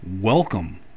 welcome